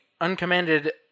uncommanded